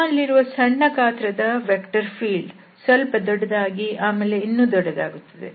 ನಮ್ಮಲ್ಲಿರುವ ಸಣ್ಣ ಗಾತ್ರದ ಫೀಲ್ಡ್ ಸ್ವಲ್ಪ ದೊಡ್ಡದಾಗಿ ಆಮೇಲೆ ಇನ್ನು ದೊಡ್ಡದಾಗುತ್ತದೆ